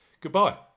Goodbye